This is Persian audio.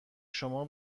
شما